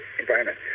environment